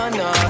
no